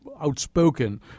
outspoken